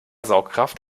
saugkraft